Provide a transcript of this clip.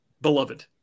beloved